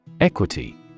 Equity